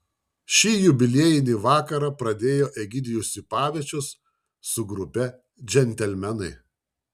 šį jubiliejinį vakarą pradėjo egidijus sipavičius su grupe džentelmenai